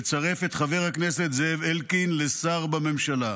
לצרף את חבר הכנסת זאב אלקין לשר בממשלה.